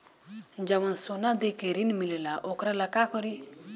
जवन सोना दे के ऋण मिलेला वोकरा ला का करी?